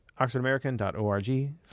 OxfordAmerican.org